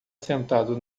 sentado